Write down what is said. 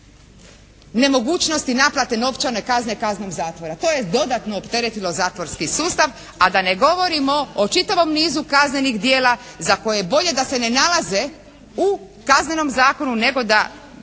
nemogućnosti naplate novčane kazne kaznom zatvora. To je dodatno opteretilo zatvorski sustav, a da ne govorimo o čitavom nizu kaznenih djela za koje bolje da se ne nalaze u Kaznenom zakonu, nego da